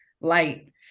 light